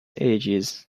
ages